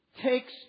takes